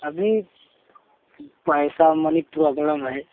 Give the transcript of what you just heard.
अभी पैसा money problem है